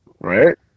Right